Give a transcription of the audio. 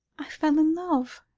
i fell in love.